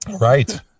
right